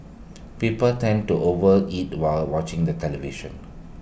people tend to overeat while watching the television